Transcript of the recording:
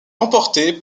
remportée